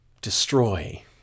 destroy